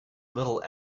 little